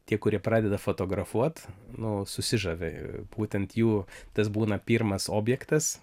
tie kurie pradeda fotografuot nu susižavi būtent jų tas būna pirmas objektas